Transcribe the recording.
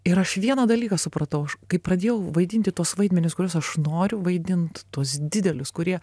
ir aš vieną dalyką supratau aš kai pradėjau vaidinti tuos vaidmenis kuriuos aš noriu vaidint tuos didelius kurie